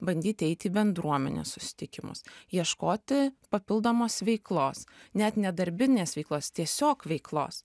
bandyti eiti į bendruomenės susitikimus ieškoti papildomos veiklos net ne darbinės veiklos tiesiog veiklos